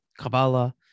Kabbalah